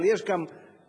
אבל יש גם מקצוע,